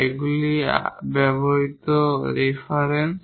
এগুলি এখানে ব্যবহৃত রেফারেন্স